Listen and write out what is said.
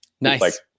Nice